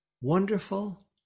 wonderful